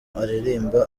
aririmba